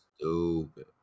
stupid